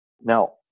Now